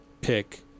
pick